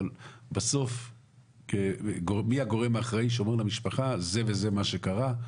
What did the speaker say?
אבל בסוף מי הוא הגורם האחראי שאומר למשפחה זה וזה מה שקרה?